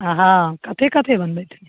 हँ कथी कथी बनबै छी